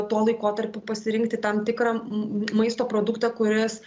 tuo laikotarpiu pasirinkti tam tikrą maisto produktą kuris